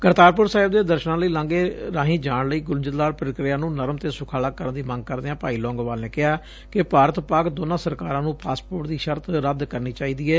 ਕਰਤਾਰਪੁਰ ਸਾਹਿਬ ਦੇ ਦਰਸ਼ਨਾ ਲਈ ਲਾਂਘੇ ਰਾਹੀ ਜਾਣ ਲਈ ਗੁੰਝਲਦਾਰ ਪ੍ਰੀਕ੍ਰਿਆ ਨੂੰ ਨਰਮ ਤੇ ਸੁਖਾਲਾ ਕਰਨ ਦੀ ਮੰਗ ਕਰਦਿਆਂ ਭਾਈ ਲੋਗੋਵਾਲ ਨੇ ਕਿਹਾ ਕਿ ਭਾਰਤ ਪਾਕ ਦੋਨਾਂ ਸਰਕਾਰਾਂ ਨੂੰ ਪਾਸਪੋਰਟ ਦੀ ਸ਼ਰਤ ਰੱਦ ਕਰਨੀ ਚਾਹੀਦੀ ਏ